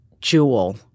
jewel